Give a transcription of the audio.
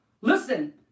listen